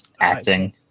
Acting